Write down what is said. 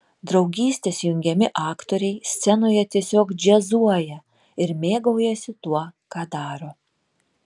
draugystės jungiami aktoriai scenoje tiesiog džiazuoja ir mėgaujasi tuo ką daro